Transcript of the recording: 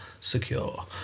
secure